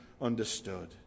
understood